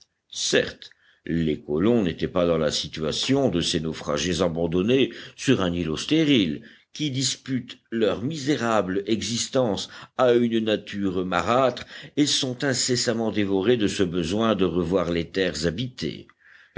certes les colons n'étaient pas dans la situation de ces naufragés abandonnés sur un îlot stérile qui disputent leur misérable existence à une nature marâtre et sont incessamment dévorés de ce besoin de revoir les terres habitées